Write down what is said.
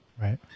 right